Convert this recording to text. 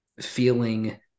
feeling